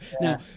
Now